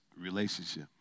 relationship